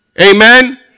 Amen